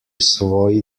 svoji